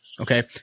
Okay